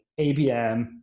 ABM